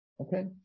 Okay